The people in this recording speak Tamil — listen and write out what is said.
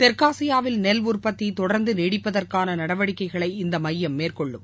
தெற்காசியாவில் நெல் உற்பத்தி தொடா்ந்து நீடிப்பதற்கான நடவடிக்கைகளை இந்த மையம் மேற்கொள்ளும்